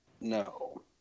no